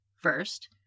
First